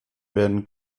werden